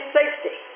safety